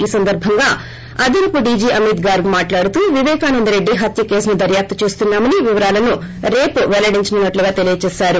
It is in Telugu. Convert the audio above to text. ఈ సందర్భంగా అదనపు డీజీ అమిత్ గార్గ్ మాట్లాడుతూ విపేకానందరెడ్డి హత్య కేసును దర్యాప్తు చేస్తున్నా మని వివరాలను రేపు పెల్లడించనున్నట్టు ఆయన తెలిపారు